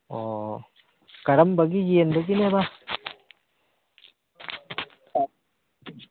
ꯑꯣ ꯀꯔꯝꯕꯒꯤ ꯌꯦꯟꯕꯒꯤꯅꯦꯕ